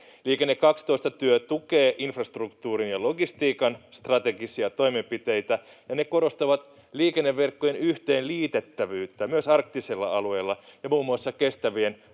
Liikenne 12 ‑työ tukee infrastruktuurin ja logistiikan strategisia toimenpiteitä, ja ne korostavat liikenneverkkojen yhteenliitettävyyttä myös arktisella alueella ja muun muassa kestävien